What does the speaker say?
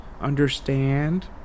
Understand